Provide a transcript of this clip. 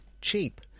cheap